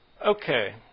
Okay